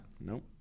Nope